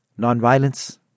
Nonviolence